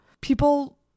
people